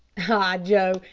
ah, joe!